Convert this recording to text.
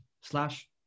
slash